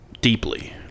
deeply